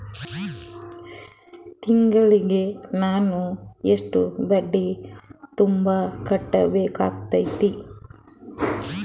ತಿಂಗಳಿಗೆ ನಾನು ಎಷ್ಟ ಬಡ್ಡಿ ತುಂಬಾ ಬೇಕಾಗತೈತಿ?